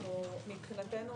מבחינתנו